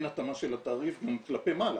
אין התאמה של התעריף גם כלפי מעלה,